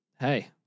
Hey